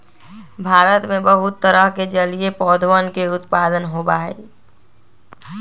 भारत में बहुत तरह के जलीय पौधवन के उत्पादन होबा हई